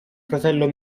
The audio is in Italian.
fratello